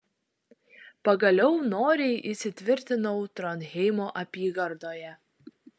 pagaliau noriai įsitvirtinau tronheimo apygardoje